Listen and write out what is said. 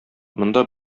монда